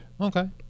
Okay